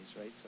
right